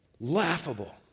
laughable